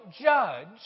judge